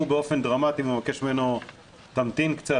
באופן דרמטי והוא מבקש ממנו להמתין קצת,